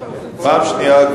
מה אתה רוצה?